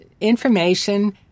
information